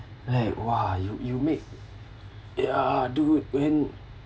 like !wah! you you make ya dude when